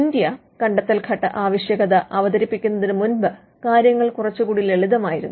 India കണ്ടെത്തൽഘട്ട ആവശ്യകത അവതരിപ്പിക്കുന്നതിന് മുമ്പ് കാര്യങ്ങൾ കുറച്ചു കൂടി ലളിതമായിരുന്നു